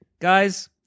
Guys